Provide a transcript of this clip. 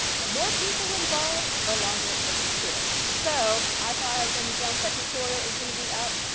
the more people involved, the longer it takes too, so i thought i was going to be done with that tutorial, it was going to be up.